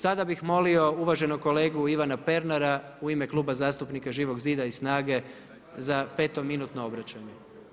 Sada bih molio uvaženog kolegu Ivana Pernara u ime Kluba zastupnika Živog zida i SNAGA-e za petominutno obraćanje.